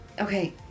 Okay